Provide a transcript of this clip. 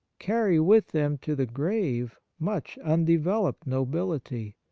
carry with them to the grave much undeveloped nobility.